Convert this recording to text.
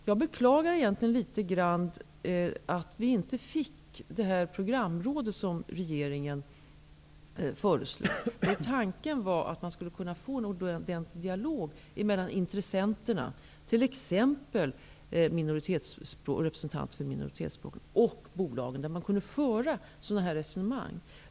Jag beklagar egentligen litet grand att vi inte fick det programråd som regeringen föreslog. Tanken var att man skulle kunna få en ordentlig dialog mellan intressenterna, t.ex. representanter för minoritetsspråken och bolagen, där man kunde föra sådana här resonemang.